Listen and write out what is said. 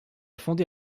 fondé